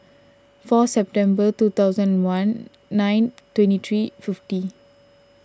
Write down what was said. four September two thousand and one nine twenty three fifty